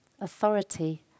authority